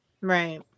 right